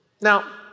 Now